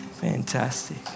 Fantastic